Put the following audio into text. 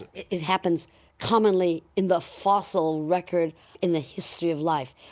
it it happens commonly in the fossil record in the history of life.